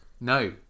no